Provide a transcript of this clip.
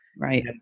Right